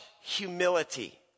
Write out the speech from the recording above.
humility